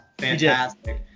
Fantastic